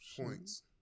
Points